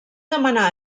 demanar